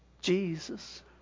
Jesus